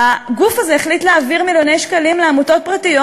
הגוף הזה החליט להעביר מיליוני שקלים לעמותות פרטיות